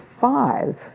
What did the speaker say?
five